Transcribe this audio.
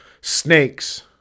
Snakes